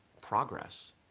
progress